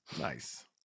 Nice